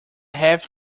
have